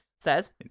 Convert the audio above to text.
says